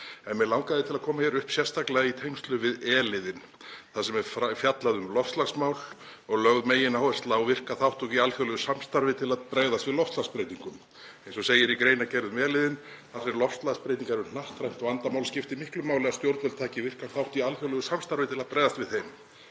ár. Mig langaði til að koma hingað upp sérstaklega í tengslum við e-liðinn þar sem fjallað er um loftslagsmál og lögð megináhersla á virka þátttöku í alþjóðlegu samstarfi til að bregðast við loftslagsbreytingum, eins og segir í greinargerð um e-liðinn: „Þar sem loftslagsbreytingar eru hnattrænt vandamál skiptir miklu máli að stjórnvöld taki virkan þátt í alþjóðlegu samstarfi til að bregðast við þeim.“